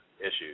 issues